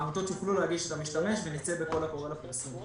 העמותות יוכלו להגיש את המשתמש ונצא בקול הקורא לפרסום.